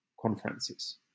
conferences